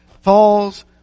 falls